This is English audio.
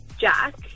Jack